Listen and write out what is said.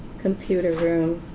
computer room,